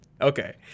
Okay